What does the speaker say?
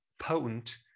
potent